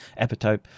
epitope